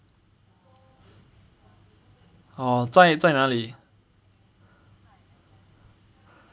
oh 在在哪里